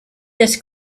this